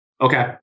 okay